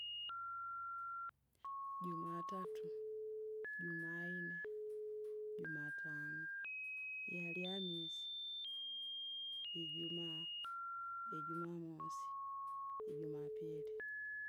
Jumatatu, jumainne, jumatano, yealihamisi, ijumaa, ijumamosi, ijumapili.